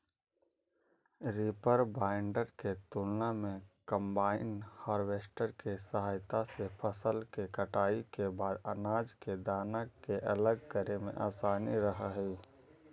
reaper binder के तुलना में कम्बाइन हार्वेस्टर के सहायता से फसल के कटाई के बाद अनाज के दाना के अलग करे में असानी रहऽ हई